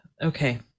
okay